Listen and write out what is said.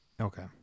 Okay